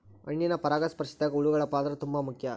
ಹಣ್ಣಿನ ಪರಾಗಸ್ಪರ್ಶದಾಗ ಹುಳಗಳ ಪಾತ್ರ ತುಂಬಾ ಮುಖ್ಯ